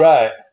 Right